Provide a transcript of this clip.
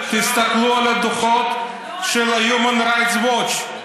תסתכלו על הדוחות של Human Rights Watch,